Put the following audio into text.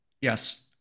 yes